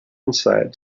insight